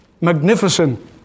magnificent